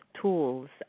tools